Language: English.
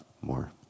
more